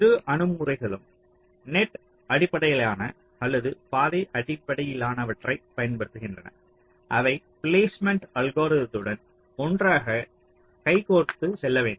இரு அணுகுமுறைகளும் நெட் அடிப்படையிலான அல்லது பாதை அடிப்படையிலானவற்றைப் பயன்படுத்துகின்றன அவை பிளேஸ்மெண்ட் அல்கோரித்துடன் ஒன்றாக கை கோர்த்தே செல்ல வேண்டும்